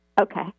Okay